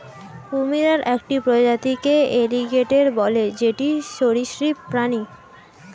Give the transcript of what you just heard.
কুমিরের একটি প্রজাতিকে এলিগেটের বলে যেটি সরীসৃপ প্রাণী